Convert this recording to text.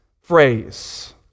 phrase